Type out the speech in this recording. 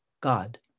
God